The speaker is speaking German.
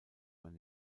mein